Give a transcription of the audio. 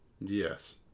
Yes